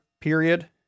period